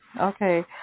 Okay